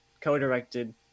co-directed